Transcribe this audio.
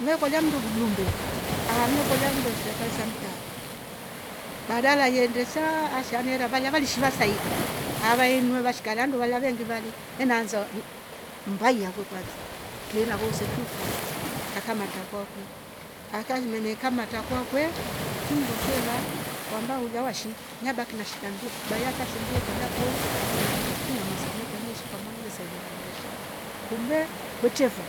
Wekolia mndu mjumbe amm mmekolia ndomcheze che serkali za mtaa bagala iyende saa asaniera valia lishwa saidi avaeniwa vashklando valangengivali inaanza niku kuu kuu mbaya kwekwanza kela vosepio kwanza kakamate kakwe akahim meme kamata kwake vidno veyefa kwa mba ulowasha nyabaki na shinda nduo bayata shumbia kulia fo unakivola lakini mama samia kwenyeshi kwamangle saidia vandu vaishi kumve kwetevo